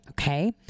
Okay